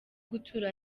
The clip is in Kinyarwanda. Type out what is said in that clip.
gutura